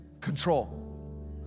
control